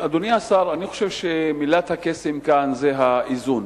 אדוני השר, אני חושב שמלת הקסם כאן היא האיזון.